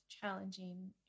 challenging